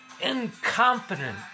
Incompetent